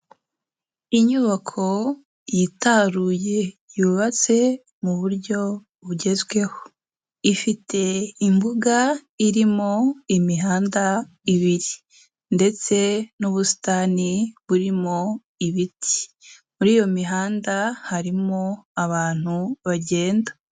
Inyubako yitaruye yubatse mu buryo bugenzweho. Ifite imbuga irimo imihanda ibiri, ndetse n'ubusitani burimo ibiti. muri iyo mihanda harimo abantu bagenda.